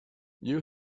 you